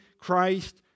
Christ